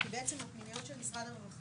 כי בעצם פנימיות של משרד הרווחה